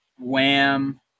wham